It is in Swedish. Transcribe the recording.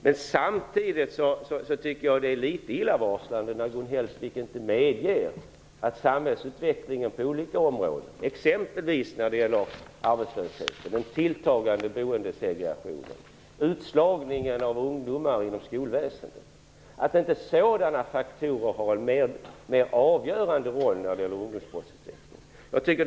Men samtidigt tycker jag att det är litet illavarslande när Gun Hellsvik inte medger att samhällsutvecklingen på olika områden - exempelvis arbetslösheten, den tilltagande boendesegregationen, utslagningen av ungdomar inom skolväsendet och liknande faktorer - har en avgörande roll när det gäller undomsbrottsutvecklingen.